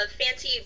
fancy